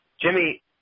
Jimmy